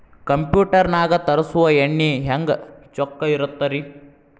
Computer ನಾಗ ತರುಸುವ ಎಣ್ಣಿ ಹೆಂಗ್ ಚೊಕ್ಕ ಇರತ್ತ ರಿ?